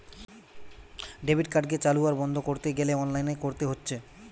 debit কার্ডকে চালু আর বন্ধ কোরতে গ্যালে অনলাইনে কোরতে হচ্ছে